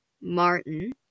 Martin